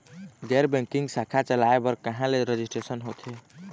गैर बैंकिंग शाखा चलाए बर कहां ले रजिस्ट्रेशन होथे?